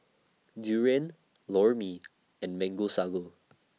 Durian Lor Mee and Mango Sago